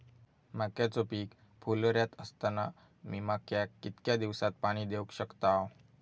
मक्याचो पीक फुलोऱ्यात असताना मी मक्याक कितक्या दिवसात पाणी देऊक शकताव?